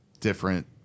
different